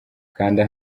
kanda